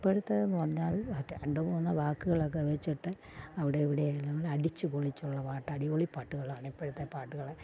ഇപ്പോഴത്തേതെന്നു പറഞ്ഞാൽ അ രണ്ടു മൂന്നോ വാക്കുകളൊക്കെ വെച്ചിട്ട് അവിടെ ഇവിടെയെല്ലാമടിച്ചു പൊളിച്ചുള്ള പാട്ടാണ് അടിപൊളി പാട്ടുകളാണിപ്പോഴത്തെ പാട്ടുകൾ